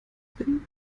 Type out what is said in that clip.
bin